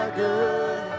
good